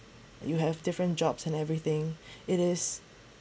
you have different jobs and everything it is